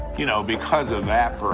you know, because of that,